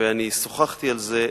שוחחתי על זה,